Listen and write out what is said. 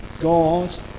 God